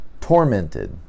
tormented